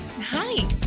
Hi